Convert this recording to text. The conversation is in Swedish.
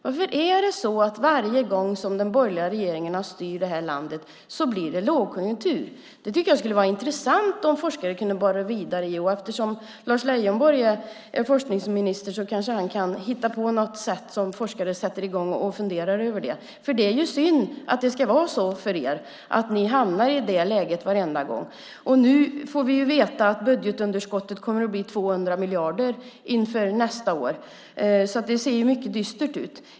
Varför är det så att varje gång som den borgerliga regeringen har styrt det här landet blir det lågkonjunktur? Det tycker jag skulle vara intressant om forskare kunde borra vidare i. Eftersom Lars Leijonborg är forskningsminister kanske han kan hitta på ett sätt för forskare att sätta i gång och fundera över det. Det är ju synd att det ska vara så för er att ni hamnar i det läget varenda gång. Nu får vi veta att budgetunderskottet kommer att bli 200 miljarder inför nästa år, så det ser mycket dystert ut.